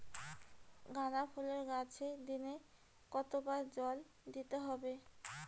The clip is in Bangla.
গাদা ফুলের গাছে দিনে কতবার জল দিতে হবে?